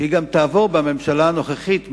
שהיא תעבור בממשלה גם הנוכחית.